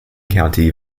county